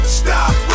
stop